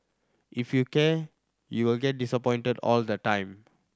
if you care you'll get disappointed all the time